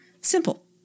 Simple